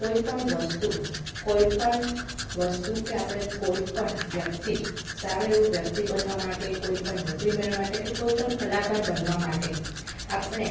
કોઈપણ વસ્તુ કોઈપણ વસ્તુ કે આપણે કોઈ પણ વ્યક્તિ સારો એવો વ્યક્તિ બનવા માટે કોઈ પણ નોકરી મેળવવા માટે કે કોઈ પણ કલાકાર બનવા માટે આપણે